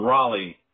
Raleigh